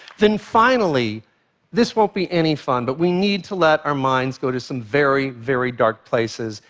then, finally this won't be any fun. but we need to let our minds go to some very, very dark places,